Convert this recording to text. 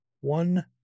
One